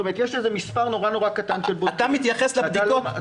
יש מספר נורא קטן של בודקים -- אתה מתייחס לבדיקות.